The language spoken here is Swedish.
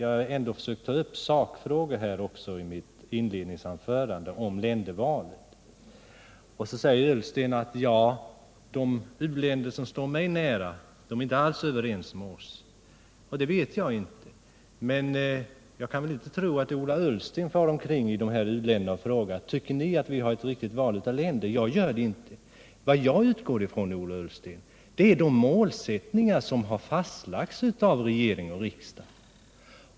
Jag har ändå försökt ta upp sakfrågor i mitt inledningsanförande, t.ex. ländervalet. Ola Ullsten säger att de u-länder som står mig nära inte alls är överens med mig. Det vet jag inte. Men jag kan väl inte tro att Ola Ullsten far omkring i dessa u-länder och frågar: Tycker ni att vi har ett riktigt val av länder? Jag gör det inte. Vad jag utgår ifrån, Ola Ullsten, är de målsättningar som har fastlagts av regering och riksdag.